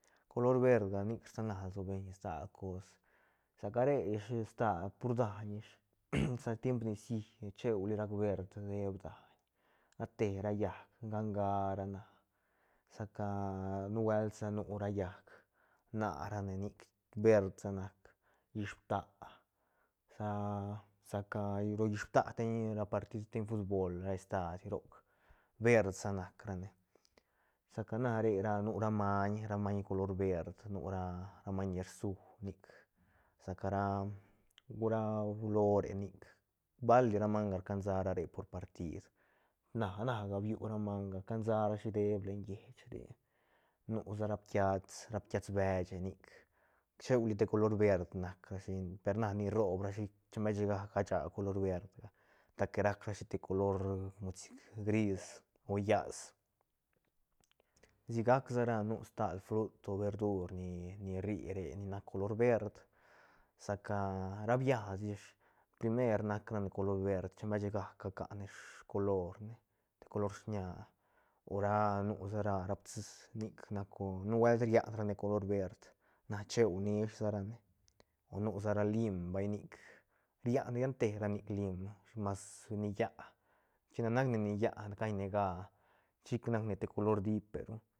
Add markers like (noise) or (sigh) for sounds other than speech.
Color verga nic rsana lsobeñ stal cos sa ca re ish stal pur daiñ ish (noise) sa tiemp nicií cheuli rac verd deeb daiñ ra te ra llaäc nga nga ra na sa ca nubuelt nu ra llaäc na ra ne nic verd sa nac llish pta sa sa ca lo llish pta steñ ra partid steñ futbol estaid roc verd sa nac ra ne sa ca na re ra nura maiñ ra maiñ color verd nura ra maiñ ni rsu nic sa ca ra nura lore nic bali ra manga rcansa ra re por partid na- na ga biu ra manga cansa rashi deeb len lleich re nu sa ra ptiats ra ptiast beche nic cheuli te color verd nac rashi per na ni rroob rashi chem beche ga gacha color verdga ta que rac rashi te color sic mod gris llas sigac sa ra nu stal frut o verdur ni rri re ni nac color verd sa ca ra biats ish primer nac rane color verd chembeshe ga ca cane scolor ne te color shiña o ra nusara ra ra psí nic nac o nubuelt riat rane color verd na chue nish rane o nu sa ra lim vay nic rian riante ra nic lim mas ni yá chine nacne ni yá caine ga chic nac ne te color diperu